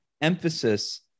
emphasis